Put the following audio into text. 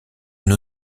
une